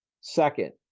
Second